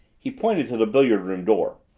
he pointed to the billiard room door.